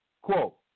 Quote